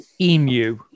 Emu